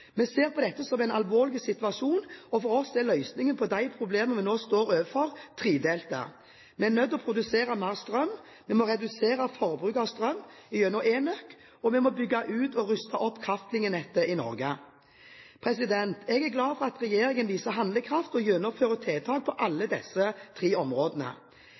Vi ser på dette som en alvorlig situasjon. For oss er løsningen på de problemene vi nå står overfor, tredelt: Vi må produsere mer strøm. Vi må redusere forbruket av strøm gjennom ENØK. Vi må bygge ut og ruste opp kraftlinjenettet i Norge. Jeg er glad for at regjeringen viser handlekraft og gjennomfører tiltak på alle disse tre områdene.